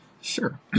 Sure